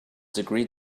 degree